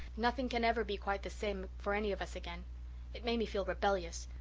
nothing can ever be quite the same for any of us again it made me feel rebellious.